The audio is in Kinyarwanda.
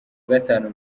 gatanu